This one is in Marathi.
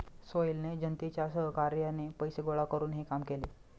सोहेलने जनतेच्या सहकार्याने पैसे गोळा करून हे काम केले